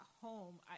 home